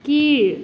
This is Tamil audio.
கீழ்